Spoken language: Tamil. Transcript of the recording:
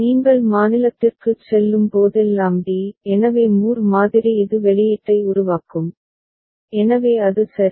நீங்கள் மாநிலத்திற்குச் செல்லும் போதெல்லாம் d எனவே மூர் மாதிரி இது வெளியீட்டை உருவாக்கும் எனவே அது சரி